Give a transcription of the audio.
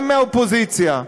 גם מהאופוזיציה,